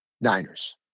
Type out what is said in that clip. Niners